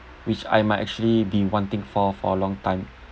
which I might actually be wanting for for a long time